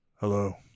Hello